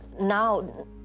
now